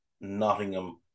Nottingham